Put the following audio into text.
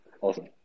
Awesome